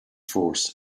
force